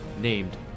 named